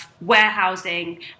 warehousing